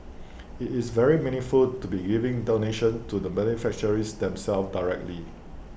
IT is very meaningful to be giving donations to the beneficiaries themselves directly